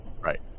Right